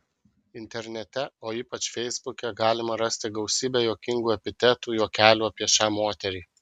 internete o ypač feisbuke galima rasti gausybę juokingų epitetų juokelių apie šią moterį